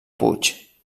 puig